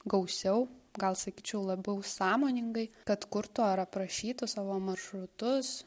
gausiau gal sakyčiau labiau sąmoningai kad kurtų ar aprašytų savo maršrutus